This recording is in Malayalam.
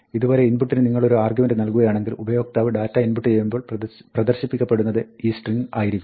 ഇതുപൊലെ input ന് നിങ്ങളൊരു ആർഗ്യുമെന്റ് നൽകുകയാണെങ്കിൽ ഉപയോക്താവ് ഡാറ്റാ ഇൻപുട്ട് ചെയ്യുമ്പോൾ പ്രദർശിപ്പിക്കപ്പെടുന്നത് ഈ സ്ട്രിങ്ങായിരിക്കും